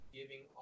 giving